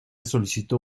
solicitó